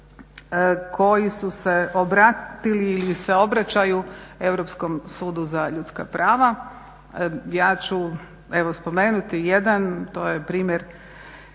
koji su se obratili ili se obraćaju Europskom sudu za ljudska prava. Ja ću evo spomenuti jedan. To je primjer